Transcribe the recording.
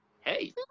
Hey